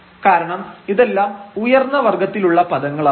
കാരണം ഇതെല്ലാം ഉയർന്ന വർഗ്ഗത്തിലുള്ള പദങ്ങളാണ്